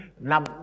Now